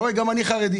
אתה רואה, גם אני חרדי.